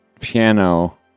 piano